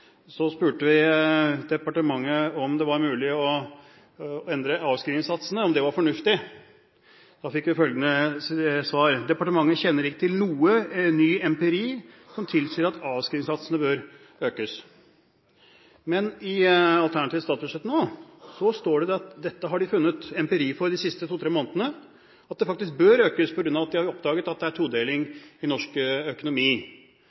å endre avskrivningssatsene. Da fikk vi følgende svar: «Departementet kjenner ikke til ny empiri som tilsier at avskrivningssatsene bør økes.» I alternativt statsbudsjett står det at dette har de funnet empiri for de siste to–tre månedene – at de faktisk bør økes på grunn av at en har oppdaget at det er en todeling i norsk økonomi.